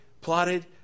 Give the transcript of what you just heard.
plotted